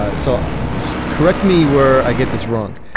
ah so just correct me where i get this wrong.